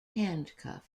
handcuffed